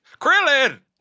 Krillin